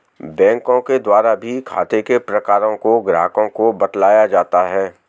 बैंकों के द्वारा भी खाते के प्रकारों को ग्राहकों को बतलाया जाता है